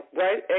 right